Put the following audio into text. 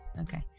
Okay